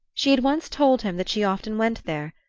she had once told him that she often went there,